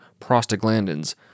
prostaglandins